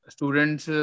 Students